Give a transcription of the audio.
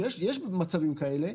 ויש מצבים כאלה,